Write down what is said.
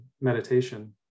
meditation